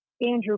Andrew